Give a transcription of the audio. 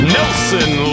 Nelson